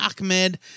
Ahmed